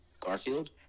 Garfield